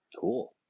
Cool